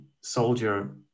soldier